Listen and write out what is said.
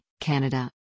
Canada